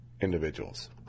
individuals